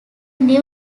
new